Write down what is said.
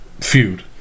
feud